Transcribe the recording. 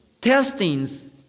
testings